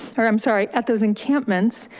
or i'm sorry, at those encampments.